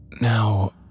Now